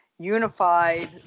unified